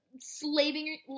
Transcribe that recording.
slaving